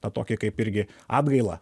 tą tokį kaip irgi atgailą